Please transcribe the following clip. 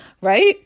right